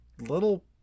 little